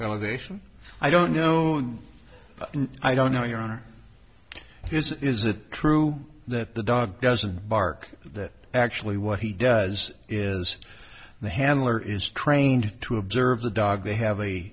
validation i don't know i don't know your honor is that true that the dog doesn't bark that actually what he does is the handler is trained to observe the dog they have a